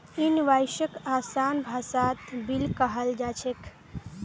इनवॉइसक आसान भाषात बिल कहाल जा छेक